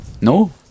no